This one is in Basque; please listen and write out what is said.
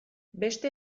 beste